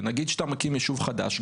ונגיד שאתה מקים יישוב חדש,